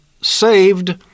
saved